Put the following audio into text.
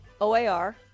OAR